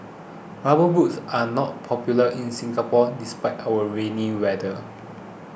rubber boots are not popular in Singapore despite our rainy weather